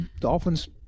Dolphins